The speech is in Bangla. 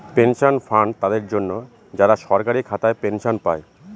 পেনশন ফান্ড তাদের জন্য, যারা সরকারি খাতায় পেনশন পায়